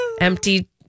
empty